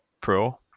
pro